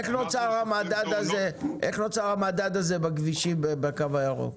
איך נוצר המדד הזה בכבישים בקו הירוק?